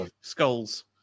skulls